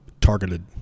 targeted